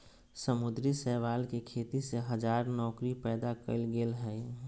समुद्री शैवाल के खेती से हजार नौकरी पैदा कइल गेल हइ